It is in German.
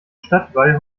stadtwall